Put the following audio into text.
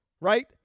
right